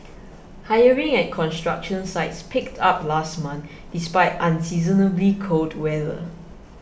hiring at construction sites picked up last month despite unseasonably cold weather